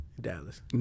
Dallas